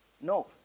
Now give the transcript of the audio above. No